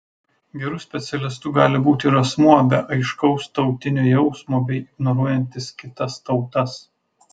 geru specialistu gali būti ir asmuo be aiškaus tautinio jausmo bei ignoruojantis kitas tautas